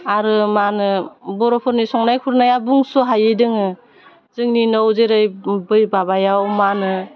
आरो मा होनो बर'फोरनि संनाय खुरनाया बुंस'हायै दोङो जोंनि नौ जेरै बै माबायाव मा होनो